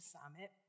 Summit